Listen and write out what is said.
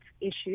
issues